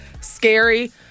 scary